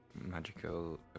magical